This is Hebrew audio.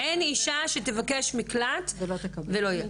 אין אישה שתבקש מקלט ולא יהיה.